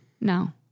No